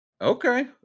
okay